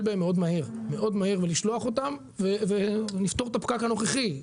בהם מאוד מהר ולשלוח אותם וכך נפתור את הפקק הנוכחי.